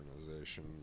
organization